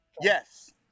Yes